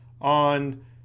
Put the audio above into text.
on